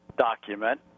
document